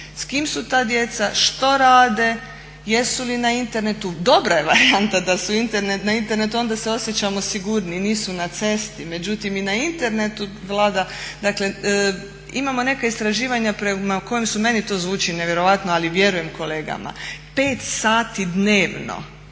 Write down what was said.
S kime su ta djeca? Što rade? Jesu li na internetu? Dobra je varijanta da su na internetu onda se osjećamo sigurniji, nisu na cesti. Međutim i na internetu vlada, dakle imamo neka istraživanja prema kojim su, meni to zvuči nevjerojatno, ali vjerujem kolegama, 5 sati dnevno